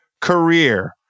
career